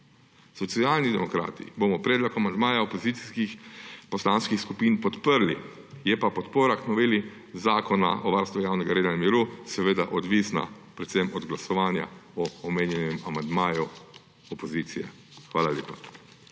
Socialni demokrati bomo predlog amandmaja opozicijskih poslanskih skupin podprli, je pa podpora novele Zakona o varstvu javnega reda in miru seveda odvisna predvsem od glasovanja o omenjenem amandmaju opozicije. Hvala lepa.